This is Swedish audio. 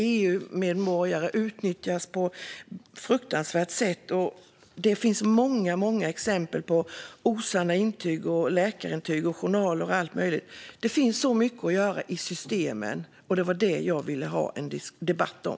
EU-medborgare utnyttjas på ett fruktansvärt sätt, och det finns många, många exempel på osanna intyg, läkarintyg, journaler och allt möjligt. Det finns så mycket att göra i systemen, och det var det jag ville ha en debatt om.